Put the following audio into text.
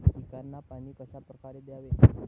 पिकांना पाणी कशाप्रकारे द्यावे?